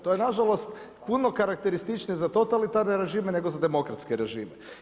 To je nažalost, puno karakterističnije za totalitarne režime nego za demokratske režime.